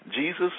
Jesus